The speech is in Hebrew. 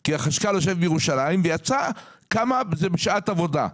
כי החשכ"ל יושב בירושלים ויצא כמה זה שעת עבודה.